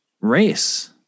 race